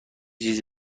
چیزی